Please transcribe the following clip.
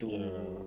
ya